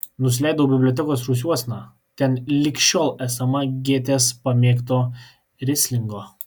nusileidau bibliotekos rūsiuosna ten lig šiol esama gėtės pamėgto rislingo